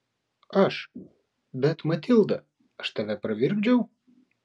aš bet matilda aš tave pravirkdžiau